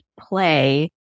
play